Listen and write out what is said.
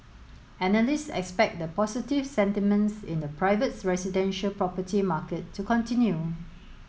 analysts expect the positive sentiments in the private residential property market to continue